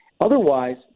Otherwise